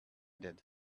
did